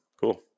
cool